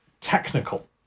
technical